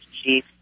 Chief